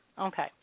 Okay